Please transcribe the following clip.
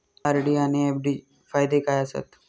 RD आनि FD फायदे काय आसात?